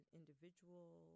individual